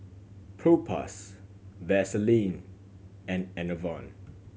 Propass Vaselin and Enervon